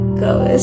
go